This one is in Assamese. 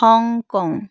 হংকং